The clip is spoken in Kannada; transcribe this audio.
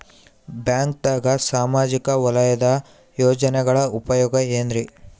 ಬ್ಯಾಂಕ್ದಾಗ ಸಾಮಾಜಿಕ ವಲಯದ ಯೋಜನೆಗಳ ಉಪಯೋಗ ಏನ್ರೀ?